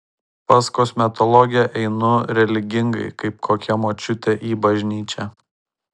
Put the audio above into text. pas kosmetologę einu religingai kaip kokia močiutė į bažnyčią